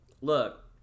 look